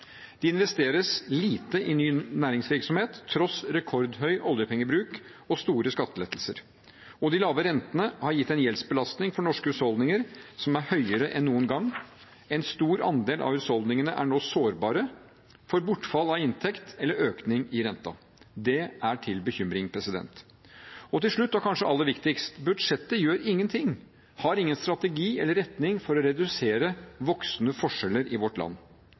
Det investeres lite i ny næringsvirksomhet tross rekordhøy oljepengebruk og store skattelettelser, og de lave rentene har gitt en gjeldsbelastning for norske husholdninger som er høyere enn noen gang. En stor andel av husholdningene er nå sårbare for bortfall av inntekt eller økning i renta. Det er til bekymring. Til slutt, og kanskje aller viktigst: Budsjettet gjør ingenting og har ingen strategi eller retning for å redusere voksende forskjeller i vårt land.